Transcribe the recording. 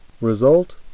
Result